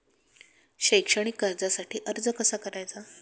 शैक्षणिक कर्जासाठी अर्ज कसा करायचा?